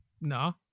No